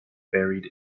buried